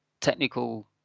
technical